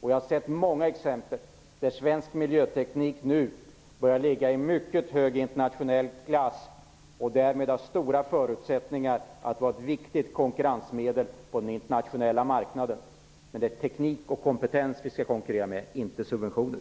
Jag har sett många exempel på att svensk miljöteknik nu börjar hålla mycket hög internationell klass och därmed har stora förutsättningar att vara ett viktigt konkurrensmedel på den internationella marknaden. Men det är teknik och kompetens vi skall konkurrera med - inte subventioner.